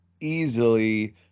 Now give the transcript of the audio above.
easily